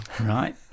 right